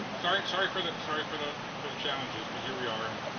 ah sorry sorry for the sorry for the for the challenges, but here we are. and